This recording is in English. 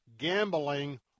gambling